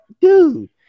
dude